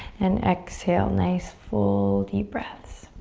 and exhale. nice full deep breaths.